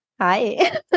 Hi